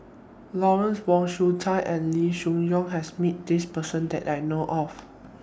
Lawrence Wong Shyun Tsai and Loo Choon Yong has Met This Person that I know of